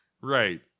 right